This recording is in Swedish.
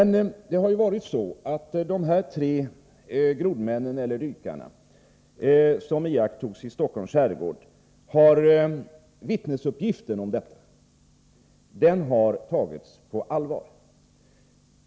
Vittnesuppgiften om de tre grodmännen eller dykarna som iakttogs i Stockholms skärgård har tagits på allvar.